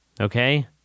Okay